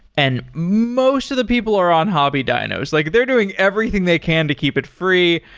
and most of the people are on hobby dinos. like they're doing everything they can to keep it free.